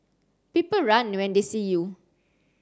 people run when they see you